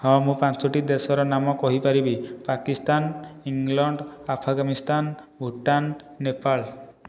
ହଁ ମୁଁ ପାଞ୍ଚୋଟି ଦେଶର ନାମ କହିପାରିବି ପାକିସ୍ତାନ ଇଂଲଣ୍ଡ ଆଫାଗାନିସ୍ତାନ ଭୁଟାନ ନେପାଳ